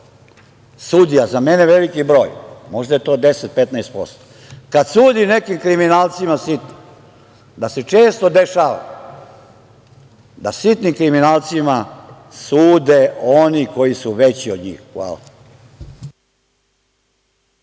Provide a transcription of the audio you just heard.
sudija, za mene veliki broj, možda je to 10%, 15%, kada sudi nekim kriminalcima sitnim da se često dešava da sitni kriminalcima sude oni koji su veći od njih. Hvala.